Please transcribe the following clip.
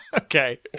Okay